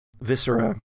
viscera